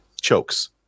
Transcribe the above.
chokes